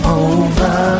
over